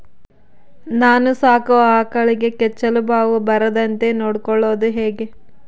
ನಾನು ಸಾಕೋ ಆಕಳಿಗೆ ಕೆಚ್ಚಲುಬಾವು ಬರದಂತೆ ನೊಡ್ಕೊಳೋದು ಹೇಗೆ?